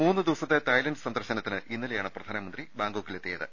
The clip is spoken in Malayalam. മൂന്ന് ദിവസത്തെ തായ്ലാന്റ് സന്ദർശനത്തിന് ഇന്നലെയാണ് പ്രധാനമന്ത്രി ബാങ്കോക്കിൽ എത്തിയത്